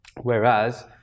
Whereas